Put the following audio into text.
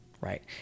right